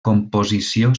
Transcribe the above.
composició